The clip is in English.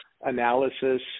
analysis